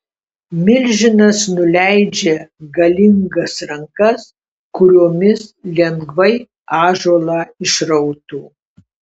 milžinas nuleidžia galingas rankas kuriomis lengvai ąžuolą išrautų